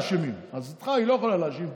אז אותך היא לא יכולה להאשים,